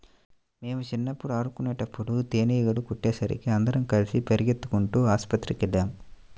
మేం చిన్నప్పుడు ఆడుకునేటప్పుడు తేనీగలు కుట్టేసరికి అందరం కలిసి పెరిగెత్తుకుంటూ ఆస్పత్రికెళ్ళాం